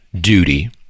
duty